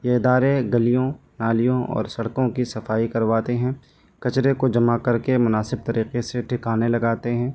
یہ ادارے گلیوں نالیوں اور سڑکوں کی صفائی کرواتے ہیں کچرے کو جمع کر کے مناسب طریقے سے ٹھکانے لگاتے ہیں